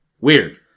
weird